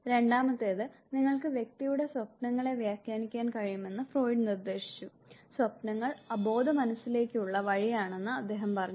രണ്ടാമത്തേത് നിങ്ങൾക്ക് വ്യക്തിയുടെ സ്വപ്നങ്ങളെ വ്യാഖ്യാനിക്കാൻ കഴിയുമെന്ന് ഫ്രോയിഡ് നിർദ്ദേശിച്ചു സ്വപ്നങ്ങൾ അബോധമനസ്സിലേക്കുള്ള വഴിയാണെന്ന് അദ്ദേഹം പറഞ്ഞു